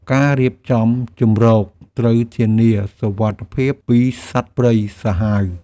ការរៀបចំជម្រកត្រូវធានាសុវត្ថិភាពពីសត្វព្រៃសាហាវ។